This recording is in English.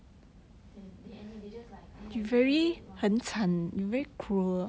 they they any they just like !aiya! you can do it [one]